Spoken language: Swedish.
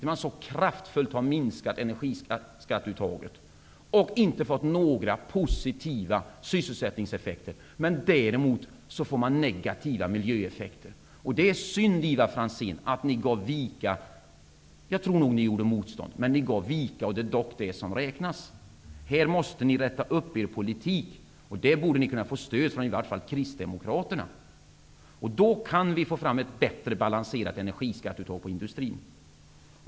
Man har så kraftfullt minskat energiskatteuttaget och inte fått några positiva sysselsättningseffekter, men däremot har man fått negativa miljöeffekter. Det är synd, Ivar Franzén, att ni gav vika. Jag tror nog att ni gjorde motstånd. Men ni gav vika, och det är det som räknas. Här måste ni rätta upp er politik, och ni borde åtminstone kunna få stöd av Kristdemokraterna. Då kan vi få fram ett bättre balanserat energiskatteuttag på industrin.